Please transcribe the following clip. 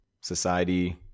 society